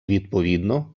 відповідно